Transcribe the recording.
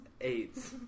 Eight